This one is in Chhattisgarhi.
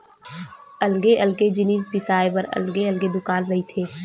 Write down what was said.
अलगे अलगे जिनिस बिसाए बर अलगे अलगे दुकान रहिथे